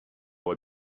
voit